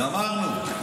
גמרנו,